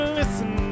listen